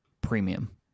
premium